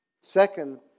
Second